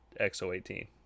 XO18